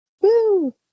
Woo